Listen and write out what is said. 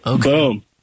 Boom